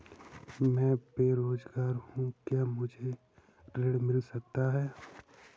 मैं बेरोजगार हूँ क्या मुझे ऋण मिल सकता है?